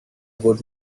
would